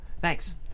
thanks